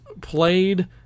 played